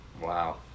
Wow